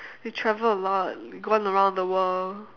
you travel a lot gone around the world